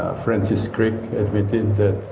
ah francis crick admitted that